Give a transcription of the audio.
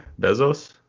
Bezos